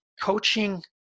coaching